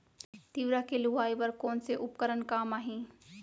तिंवरा के लुआई बर कोन से उपकरण काम आही?